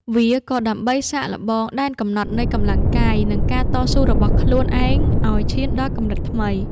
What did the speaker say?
វាក៏ដើម្បីសាកល្បងដែនកំណត់នៃកម្លាំងកាយ និងការតស៊ូរបស់ខ្លួនឯងឱ្យឈានដល់កម្រិតថ្មី។